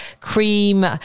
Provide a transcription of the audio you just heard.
cream